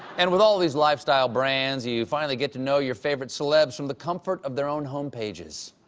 and with all of these lifestyle brands you finally get to know your favorite cell ebbs from the comfort of their own home pages.